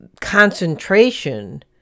concentration